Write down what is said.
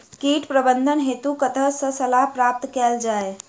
कीट प्रबंधन हेतु कतह सऽ सलाह प्राप्त कैल जाय?